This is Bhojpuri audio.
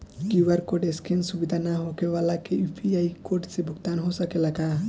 क्यू.आर कोड स्केन सुविधा ना होखे वाला के यू.पी.आई कोड से भुगतान हो सकेला का?